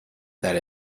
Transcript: that